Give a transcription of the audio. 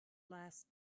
last